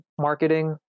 marketing